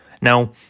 Now